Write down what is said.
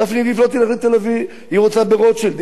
דפני ליף לא תלך, היא רוצה ברוטשילד.